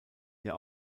der